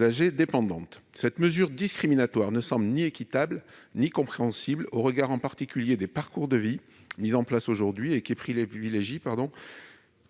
âgées dépendantes (Ehpad). Cette mesure discriminatoire ne semble ni équitable ni compréhensible, au regard en particulier des parcours de vie mis en place aujourd'hui et qui privilégient